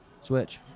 switch